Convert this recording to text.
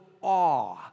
awe